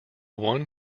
one